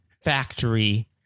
factory